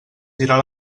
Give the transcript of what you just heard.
girar